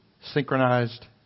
synchronized